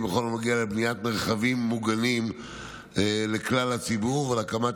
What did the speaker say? בכל הנוגע לבניית מרחבים מוגנים לכלל הציבור ולהקמת